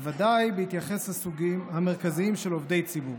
בוודאי בהתייחס לסוגים המרכזיים של עובדי ציבור.